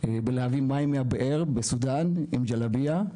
בלהביא מים מהבאר בסודן עם גלבייה,